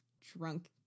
drunk